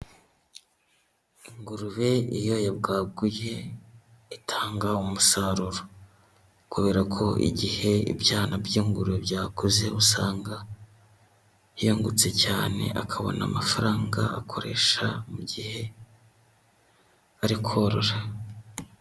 Ingurube iyo yabwaguye, itanga umusaruro, kubera ko igihe ibyana by'ingurube byakuze, usanga yungutse cyane akabona amafaranga akoresha mu gihe ari korora.